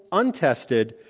untested,